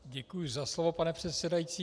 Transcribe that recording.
Děkuji za slovo, pane předsedající.